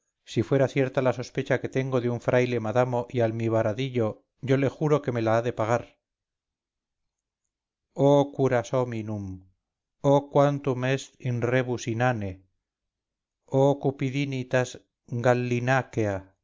si fuera cierta la sospecha que tengo de un fraile madamo y almibaradillo yo le juro que me la ha de pagar oh curas hominum oh quantum est in rebus inane oh cupidinitas gallinacea y